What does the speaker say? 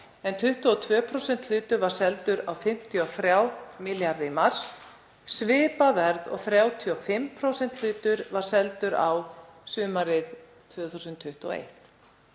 en 22% hlutur var seldur á 53 milljarða í mars. Svipað verð og 35% hlutur var seldur á sumarið 2021.